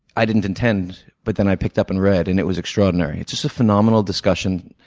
i didn't intend but then i picked up and read and it was extraordinary. it's just a phenomenal discussion,